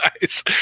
guys